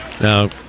Now